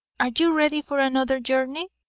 are you ready for another journey?